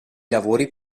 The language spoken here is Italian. lavori